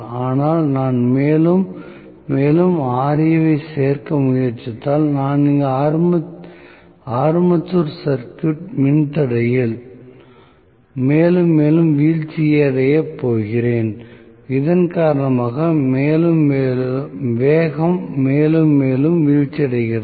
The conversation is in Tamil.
ஆனால் நான் மேலும் மேலும் Ra வைச் சேர்க்க முயற்சித்தால் நான் இங்கு ஆர்மேச்சர் சர்க்யூட் மின் தடையில் மேலும் மேலும் வீழ்ச்சியடையப் போகிறேன் இதன் காரணமாக வேகம் மேலும் மேலும் வீழ்ச்சியடைகிறது